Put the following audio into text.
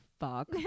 fuck